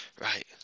Right